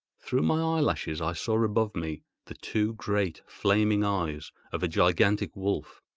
through my eyelashes i saw above me the two great flaming eyes of a gigantic wolf.